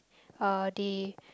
uh they